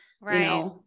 right